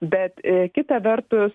bet kita vertus